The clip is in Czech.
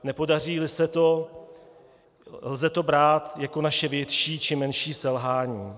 Nepodaříli se to, lze to brát jako naše větší či menší selhání.